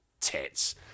tits